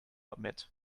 admit